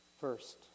First